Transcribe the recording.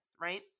Right